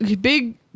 big